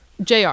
JR